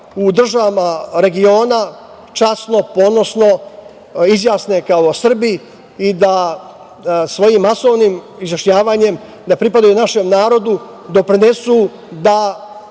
u državama regiona časno, ponosno izjasne kao Srbi i da svojim masovnim izjašnjavanjem da pripadaju našem narodu doprinesu